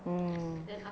mm